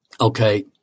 Okay